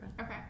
Okay